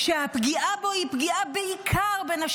שהפגיעה בו היא בעיקר פגיעה בנשים.